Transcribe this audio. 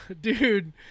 dude